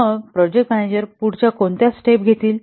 मग project manager पुढच्या कोणत्या स्टेप घेतील